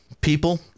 people